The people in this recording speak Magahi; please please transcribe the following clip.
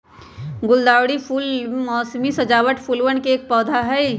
गुलदावरी फूल मोसमी सजावट फूलवन के एक पौधा हई